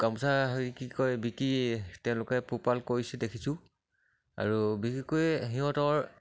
গামোচা হেৰি কি কয় বিকি তেওঁলোকে পোহপাল কৰিছে দেখিছোঁ আৰু বিশেষকৈ সিহঁতৰ